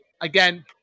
again